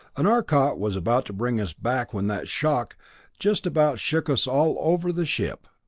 and arcot was about to bring us back when that shock just about shook us all over the ship.